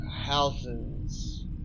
houses